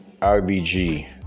RBG